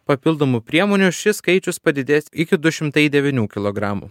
papildomų priemonių šis skaičius padidės iki du šimtai devynių kilogramų